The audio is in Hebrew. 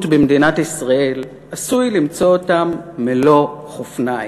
במדינת ישראל עשוי למצוא אותם מלוא חופניים.